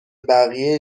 بقیه